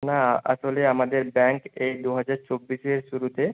না আসলে আমাদের ব্যাংক এই দু হাজার চব্বিশের শুরুতে